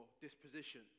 disposition